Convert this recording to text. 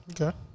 Okay